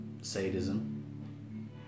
sadism